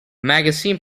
magazine